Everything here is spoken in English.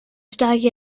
stocky